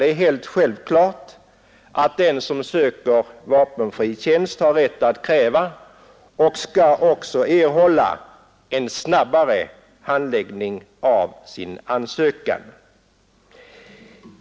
Det är helt självklart att den som söker vapenfri tjänst har rätt att kräva och också skall erhålla en snabbare handläggning av sin ansökan.